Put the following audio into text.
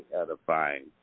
edifying